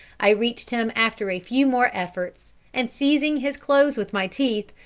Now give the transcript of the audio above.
i reached him after a few more efforts, and seizing his clothes with my teeth,